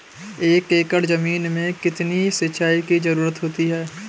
एक एकड़ ज़मीन में कितनी सिंचाई की ज़रुरत होती है?